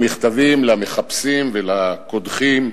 במכתבים למחפשים ולקודחים.